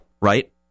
right